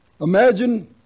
Imagine